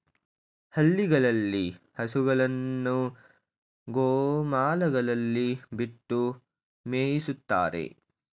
ಹಳ್ಳಿಗಳಲ್ಲಿ ಹಸುಗಳನ್ನು ಗೋಮಾಳಗಳಲ್ಲಿ ಬಿಟ್ಟು ಮೇಯಿಸುತ್ತಾರೆ